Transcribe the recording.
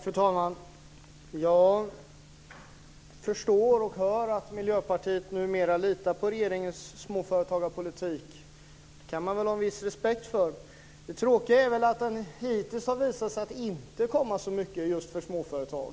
Fru talman! Jag hör och förstår att Miljöpartiet numera litar på regeringens småföretagarpolitik. Det kan man ha en viss respekt för. Det tråkiga är att det hittills har visat sig inte komma så mycket just för småföretag.